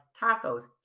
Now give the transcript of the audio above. tacos